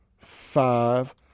five